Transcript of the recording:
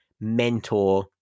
mentor